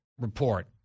report